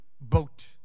boat